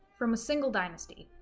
from a single dynasty.